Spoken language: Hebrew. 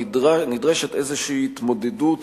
נדרשת התמודדות